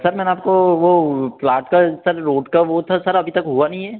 sir मैंने आपको वो प्लाट का सर रोड का वो था सर अभी तक हुआ नहीं है